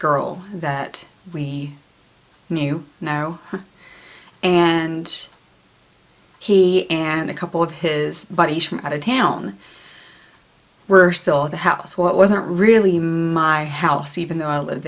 girl that we knew narrow and he and a couple of his buddies from out of town were still at the house what wasn't really my house even though i lived